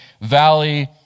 valley